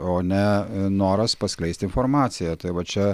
o ne noras paskleisti informaciją tai va čia